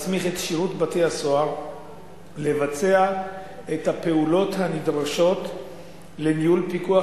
מסמיך את שירותי בתי-הסוהר לבצע את הפעולות הנדרשות לניהול פיקוח